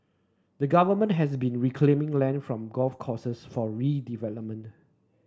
the Government has been reclaiming land from golf courses for redevelopment